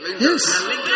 Yes